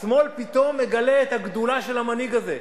השמאל פתאום מגלה את הגדולה של המנהיג הזה,